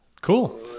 Cool